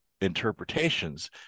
interpretations